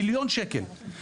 מיליון שקל.